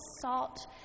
salt